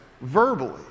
verbally